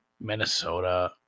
Minnesota